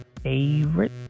favorite